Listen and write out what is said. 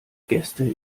gäste